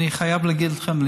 אני חייב להגיד לכם,